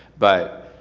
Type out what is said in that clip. but